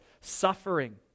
suffering